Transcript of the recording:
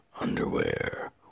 Underwear